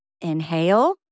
Inhale